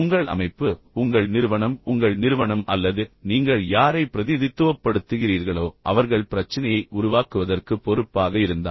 உங்கள் அமைப்பு உங்கள் நிறுவனம் உங்கள் நிறுவனம் அல்லது நீங்கள் யாரை பிரதிநிதித்துவப்படுத்துகிறீர்களோ அவர்கள் பிரச்சினையை உருவாக்குவதற்கு பொறுப்பாக இருந்தால்